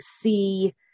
see